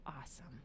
awesome